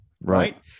Right